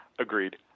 Agreed